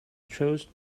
chose